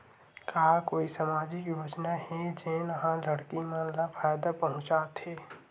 का कोई समाजिक योजना हे, जेन हा लड़की मन ला फायदा पहुंचाथे?